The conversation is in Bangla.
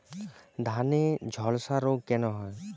ধানে ঝলসা রোগ কেন হয়?